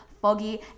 foggy